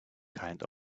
kind